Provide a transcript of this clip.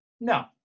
no